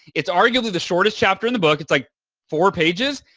it's arguably the shortest chapter in the book. it's like four pages.